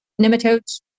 nematodes